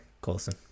colson